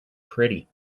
pretty